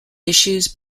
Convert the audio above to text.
issues